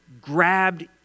grabbed